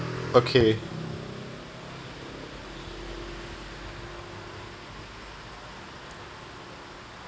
okay